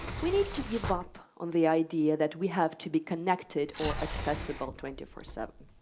we need to give up on the idea that we have to be connected or accessible twenty four seven.